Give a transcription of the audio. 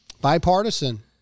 bipartisan